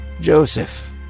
Joseph